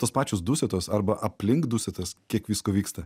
tos pačios dusetos arba aplink dusetas kiek visko vyksta